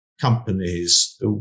companies